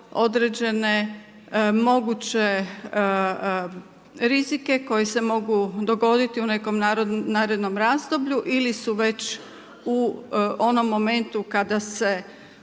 određene moguće rizike koji se mogu dogoditi u nekom narednom razdoblju ili su već u onome momentu kada se